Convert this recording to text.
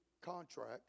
contract